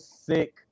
sick